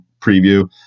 preview